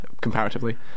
comparatively